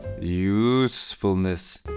Usefulness